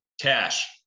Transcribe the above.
cash